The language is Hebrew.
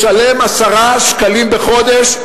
ישלם 10 שקלים בחודש,